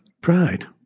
Pride